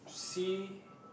sea